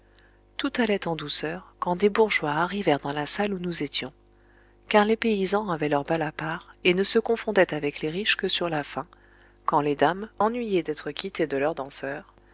tout allait en douceur quand des bourgeois arrivèrent dans la salle où nous étions car les paysans avaient leur bal à part et ne se confondaient avec les riches que sur la fin quand les dames ennuyées d'être quittées de leurs danseurs